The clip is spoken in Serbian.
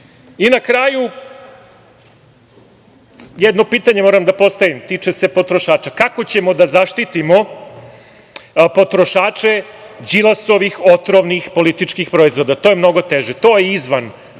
kraju, jedno pitanje moram da postavim, tiče se potrošača - kako ćemo da zaštitimo potrošače Đilasovih otrovnih političkih proizvoda? To je mnogo teže. To je izvan